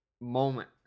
moment